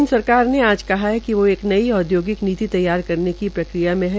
केन्द्र सरकार ने आज कहा है वो एक नई औद्योगिक नीति तैयार करने की प्रक्रिया है